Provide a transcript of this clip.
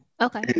okay